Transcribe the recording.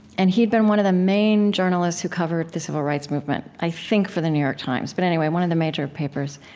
and he'd been one of the main journalists who covered the civil rights movement, i think for the new york times, but anyway, one of the major papers.